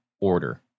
order